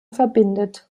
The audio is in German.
verbindet